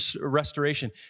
restoration